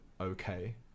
okay